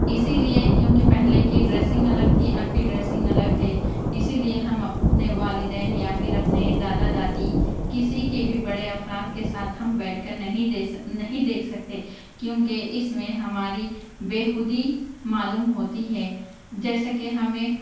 اسی لیے کیونکہ پہلے کی ڈریسنگ الگ تھی اب کی ڈریسنگ الگ ہے اسی لیے ہم اپنے والدین یا پھر اپنے دادا دادی کسی کے بھی بڑے افراد کے ساتھ ہم بیٹھ کر نہیں دے نہیں دیکھ سکتے کیونکہ اس میں ہماری بےخودی معلوم ہوتی ہے جیسا کہ ہمیں